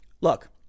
Look